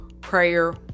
prayer